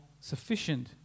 sufficient